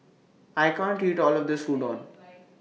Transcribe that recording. I can't eat All of This Udon